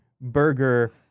burger